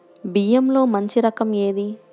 బియ్యంలో మంచి రకం ఏది?